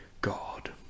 God